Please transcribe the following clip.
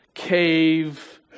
cave